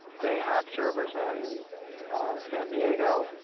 they have servers in san diego.